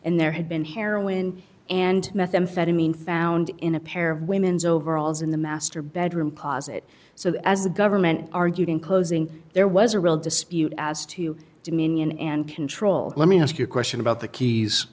and there had been heroin and methamphetamine found in a pair of women's overalls in the master bedroom closet so as the government argued in closing there was a real dispute as to dominion and control let me ask you a question about the keys